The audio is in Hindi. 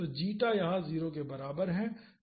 तो जीटा यहाँ 0 के बराबर है